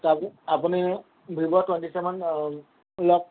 ত আপুনি Vivo twenty seven লওক